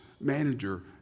manager